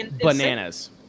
Bananas